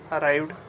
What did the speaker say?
Arrived